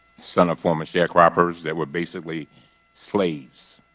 son of former sharecroppers that were basically slaves.